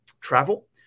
travel